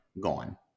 gone